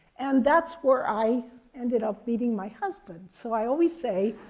and that's where i ended up meeting my husband. so i always say